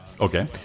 Okay